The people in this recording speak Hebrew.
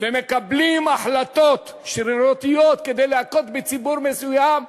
ומקבלים החלטות שרירותיות כדי להכות בציבור מסוים,